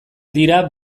dira